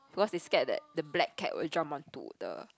because they scared that the black cat will jump onto the